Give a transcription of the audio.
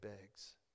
begs